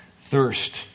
thirst